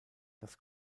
das